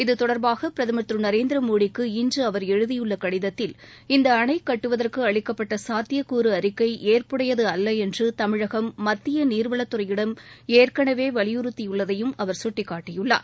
இத்தொடர்பாக பிரதமர் திரு நரேந்திர மோடிக்கு இன்று அவர் எழுதியுள்ள கடிதத்தில் இந்த அணை கட்டுவதற்கு அளிக்கப்பட்ட சாத்தியக்கூறு அறிக்கை ஏற்புடையது அல்ல என்று தமிழகம் மத்திய நீர்வளத்துறையிடம் ஏற்கனவே வலியுறுத்தியுள்ளதையும் அவர் சுட்டிக்காட்டியுள்ளார்